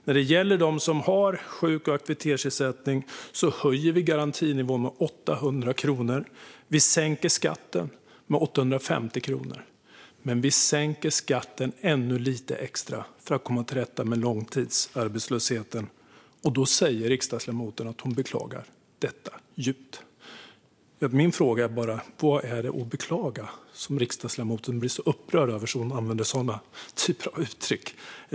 När det gäller dem som har sjuk och aktivitetsersättning höjer vi garantinivån med 800 kronor. Vi sänker skatten med 850 kronor. Men vi sänker skatten ännu lite extra för att komma till rätta med långtidsarbetslösheten. Då säger riksdagsledamoten att hon beklagar detta djupt. Min fråga är: Vad är det riksdagsledamoten beklagar och som hon blir så upprörd över att hon använder den typen av uttryck?